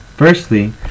Firstly